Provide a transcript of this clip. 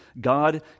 God